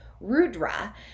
Rudra